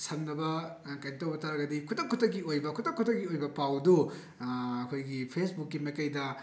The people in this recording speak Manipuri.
ꯁꯝꯅꯕ ꯀꯩꯅꯣ ꯇꯧꯕ ꯇꯥꯔꯒꯗꯤ ꯈꯨꯗꯛ ꯈꯨꯗꯛꯀꯤ ꯑꯣꯏꯕ ꯈꯨꯗꯛ ꯈꯨꯗꯛꯀꯤ ꯑꯣꯏꯕ ꯄꯥꯎꯗꯨ ꯑꯩꯈꯣꯏꯒꯤ ꯐꯦꯁꯕꯨꯛꯀꯤ ꯃꯥꯏꯀꯩꯗ